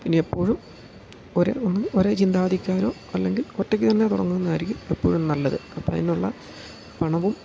പിന്നെ എപ്പോഴും ഒരു ഒന്ന് ഒരേ ചിന്താഗതിക്കാരോ അല്ലെങ്കിൽ ഒറ്റയ്ക്ക് തന്നെ തുടങ്ങുന്നത് ആയിരിക്കും എപ്പോഴും നല്ലത് അപ്പം അതിനുള്ള പണവും